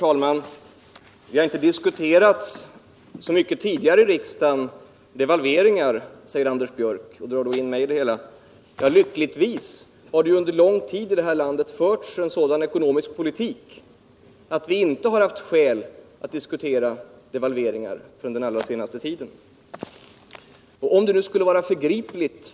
Herr talman! Devalveringar har inte tidigare diskuterats så mycket i riksdagen, säger Anders Björck och drar in mig i det sammanhanget. Lyckligtvis har det under lång tid här i landet förts en sådan ekonomisk politik att vi inte har haft skäl att diskutera devalveringar — det har skett först den allra senaste tiden.